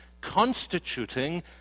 constituting